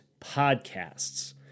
podcasts